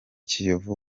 kiyovu